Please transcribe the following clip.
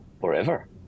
forever